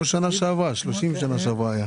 כמו בשנה שעברה, היה 30 בשנה שעברה.